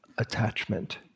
attachment